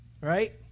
right